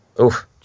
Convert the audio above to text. Oof